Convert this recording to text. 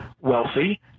wealthy